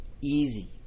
Easy